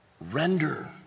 Render